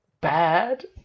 bad